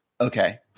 okay